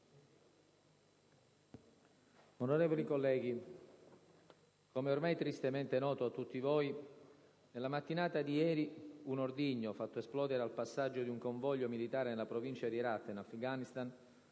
Onorevoli colleghi, come è ormai tristemente noto a tutti voi, nella mattinata di ieri un ordigno fatto esplodere al passaggio di un convoglio militare nella provincia di Herat, in Afghanistan,